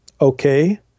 okay